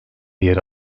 yer